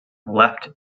left